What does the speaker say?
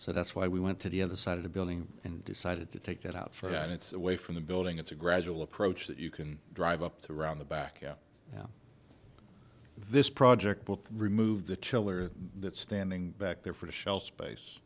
so that's why we went to the other side of the building and decided to take it out for that it's away from the building it's a gradual approach that you can drive up to around the back of this project book remove the chiller that's standing back there for the shelf space